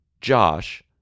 Josh